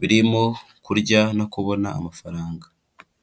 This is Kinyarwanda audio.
birimo kurya, no kubona amafaranga.